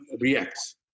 reacts